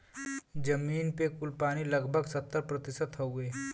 जमीन पे कुल पानी लगभग सत्तर प्रतिशत हउवे